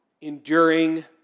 enduring